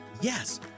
Yes